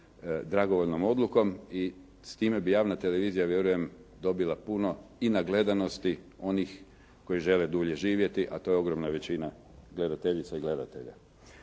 dragovoljnom odlukom i s time bi javna televizija vjerujem dobila puno i na gledanosti onih koji žele dulje živjeti, a to je ogromna većina gledateljica i gledatelja.